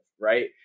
right